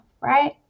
Right